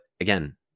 Again